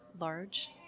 large